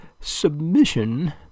submission